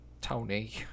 Tony